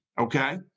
okay